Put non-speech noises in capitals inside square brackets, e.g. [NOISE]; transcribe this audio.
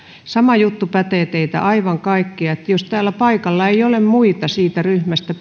sama juttu pätee teidän aivan kaikkien kohdalla jos täällä paikalla ei ole muita puheenvuoron pyytäjiä siitä ryhmästä [UNINTELLIGIBLE]